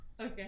Okay